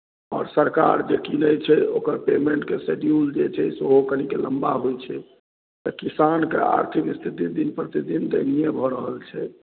आओर सरकार जे किनैत छै ओकर पेमेन्टके शेड्यूल जे छै से ओहो कनिके लम्बा होइत छै तऽ किसानके आर्थिक स्थिति दिन प्रतिदिन दयनीय भऽ रहल छै